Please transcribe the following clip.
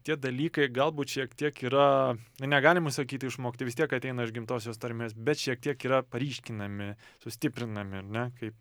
tie dalykai galbūt šiek tiek yra na negalima sakyti išmokti vis tiek ateina iš gimtosios tarmės bet šiek tiek yra paryškinami sustiprinami ar ne kaip